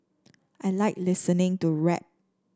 I like listening to rap